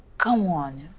come on.